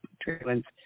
treatments